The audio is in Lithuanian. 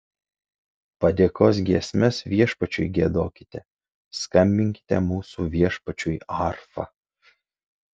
padėkos giesmes viešpačiui giedokite skambinkite mūsų viešpačiui arfa